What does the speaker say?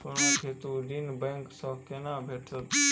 सोनाक हेतु ऋण बैंक सँ केना भेटत?